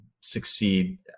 succeed